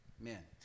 Amen